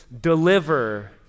deliver